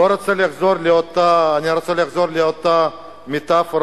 אני רוצה לחזור לאותה מטאפורה,